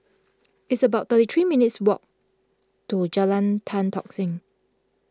it's about thirty three minutes' walk to Jalan Tan Tock Seng